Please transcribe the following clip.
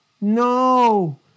No